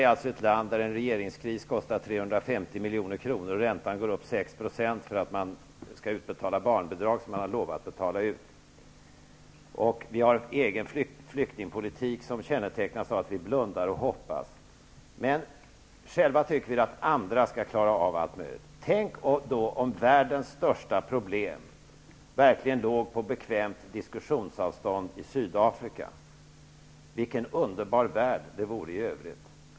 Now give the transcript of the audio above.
Sverige är ett land där en regeringskris kostar 350 milj.kr. och räntan går upp 6 % för att man skall utbetala barnbidrag som man har lovat att betala ut. Vi har en egen flyktingpolitik som kännetecknas av att vi blundar och hoppas. Men själva tycker vi att andra skall klara av allt möjligt. Tänk om världens största problem verkligen låg på bekvämt diskussionsavstånd, i Sydafrika -- vilken underbar värld det vore i övrigt!